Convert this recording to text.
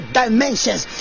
dimensions